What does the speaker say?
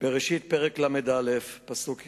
בראשית פרק ל"א, פסוק י"ט,